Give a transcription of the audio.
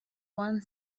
one